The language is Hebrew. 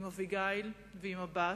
עם אביגיל ועם הבת,